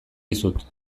dizut